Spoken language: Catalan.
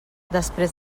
després